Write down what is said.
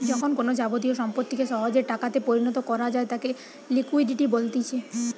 যখন কোনো যাবতীয় সম্পত্তিকে সহজে টাকাতে পরিণত করা যায় তাকে লিকুইডিটি বলতিছে